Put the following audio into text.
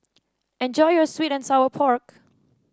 enjoy your sweet and Sour Pork